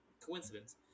Coincidence